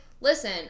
listen